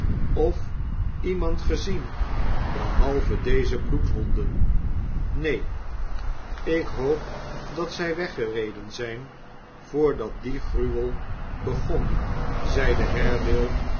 of iemand gezien behalye deze bloedhonden neen ik hoop dat zij weggereden zijn voordat die gruwel begon zeide